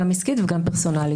גם עסקית וגם פרסונלית.